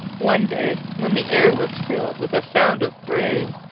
one day, when the air was filled with a sound of braying,